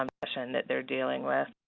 um depression that they're dealing with.